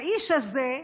האיש הזה,